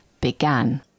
began